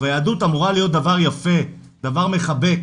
ויהדות אמורה להיות דבר יפה, דבר מחבק.